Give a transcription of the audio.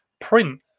print